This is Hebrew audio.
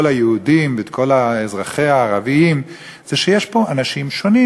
היהודים ואת כל אזרחיה הערבים הוא שיש פה אנשים שונים.